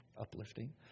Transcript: uplifting